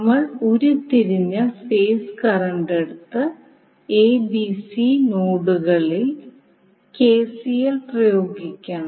നമ്മൾ ഉരുത്തിരിഞ്ഞ phase current എടുത്ത് എ ബി സി നോഡുകളിൽ കെസിഎൽ പ്രയോഗിക്കണം